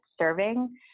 serving